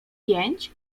pięć